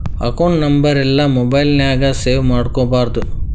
account ನಂಬರೆಲ್ಲಾ mobile ನ್ಯಾಗ save ಮಾಡ್ಕೊಬಾರ್ದು